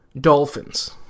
Dolphins